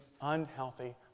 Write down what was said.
unhealthy